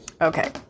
Okay